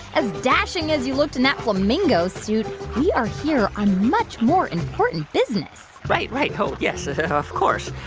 as dashing as you looked in that flamingo suit, we are here on much more important business right, right, oh, yes, ah of of course.